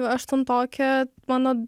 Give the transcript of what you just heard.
aštuntokė mano